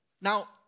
Now